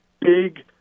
big